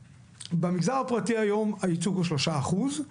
במגזר הפרטי היום הייצוג הוא שלושה אחוז.